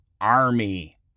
Army